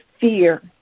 fear